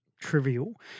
trivial